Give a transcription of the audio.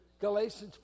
Galatians